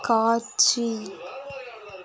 காட்சி